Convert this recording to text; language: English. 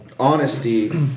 honesty